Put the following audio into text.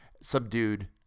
subdued